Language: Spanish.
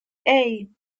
hey